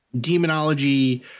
demonology